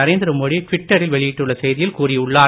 நரேந்திர மோடி டுவிட்டரில் வெளியிட்டுள்ள செய்தியில் கூறியுள்ளார்